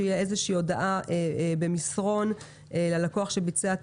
תהיה איזושהי הודעה במסרון ללקוח שביצע את